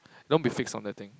don't be fixed on that thing